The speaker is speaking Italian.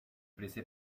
prese